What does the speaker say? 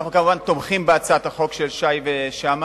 אנחנו כמובן תומכים בהצעת החוק של שי ושאמה,